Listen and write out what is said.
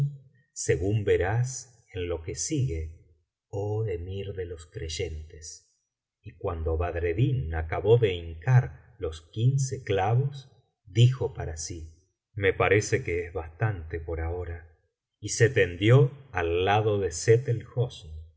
según verás en lo que sigue oh emir de los creyentes y cuando badreddin acabó de hincar los quince clavos dijo para sí me parece que es bastante por ahora y se tendió al lado de sett